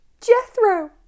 Jethro